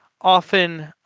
often